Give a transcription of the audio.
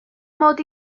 mod